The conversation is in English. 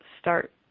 start